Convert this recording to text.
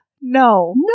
No